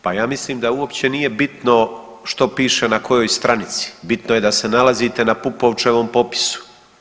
Pa ja mislim da uopće nije bitno što piše na kojoj stranici, bitno je da se nalazite na Pupovčevom popisu.